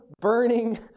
burning